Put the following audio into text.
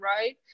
right